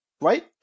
right